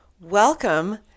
welcome